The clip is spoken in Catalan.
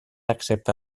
excepte